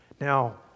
Now